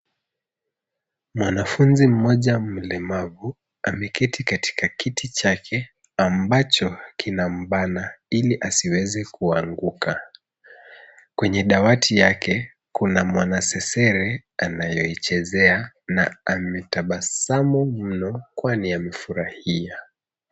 Mwanafunzi mmoja mlemavu, ameketi katika kiti chake ambacho kinambana ili asiweze kuanguka. Kwenye dawati yake, kuna mwanasesere anayoichezea na ametabasamu mno, kwani amefurahia.